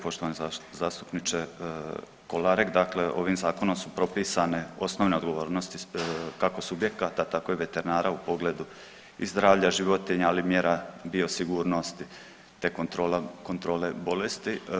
Poštovani zastupniče Kolarek, dakle ovim zakonom su propisane osnovne odgovornosti kako subjekata tako i veterinara u pogledu i zdravlja životinja, ali i mjera bio sigurnosti, te kontrola, kontrole bolesti.